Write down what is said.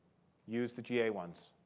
use the ga ones.